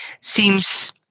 Seems